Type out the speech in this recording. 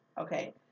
Okay